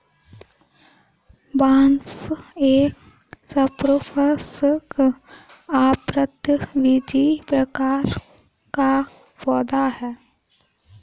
बांस एक सपुष्पक, आवृतबीजी प्रकार का पौधा है